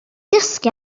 dysgu